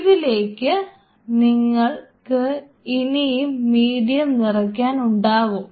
ഇതിലേക്ക് നിങ്ങൾക്ക് ഇനിയും മീഡിയം നിറയ്ക്കാൻ ഉണ്ടാകും